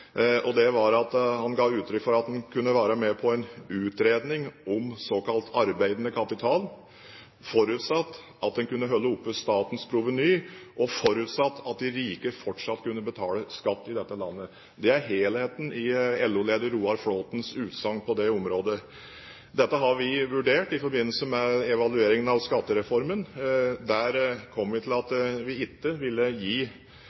Det var at han ga uttrykk for at han kunne være med på en utredning om såkalt arbeidende kapital, forutsatt at en kunne holde oppe statens proveny, og forutsatt at de rike fortsatt kunne betale skatt i dette landet. Det er helheten i LO-leder Roar Flåthens utsagn på det området. Dette har vi vurdert i forbindelse med evalueringen av Skattereformen. Der kom vi til at vi ikke ville gi